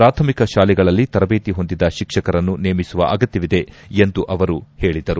ಪ್ರಾಥಮಿಕ ಶಾಲೆಗಳಲ್ಲಿ ತರಬೇತಿ ಹೊಂದಿದ ಶಿಕ್ಷಕರನ್ನು ನೇಮಿಸುವ ಅಗತ್ನವಿದೆ ಎಂದು ಅವರು ಹೇಳಿದರು